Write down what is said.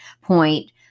point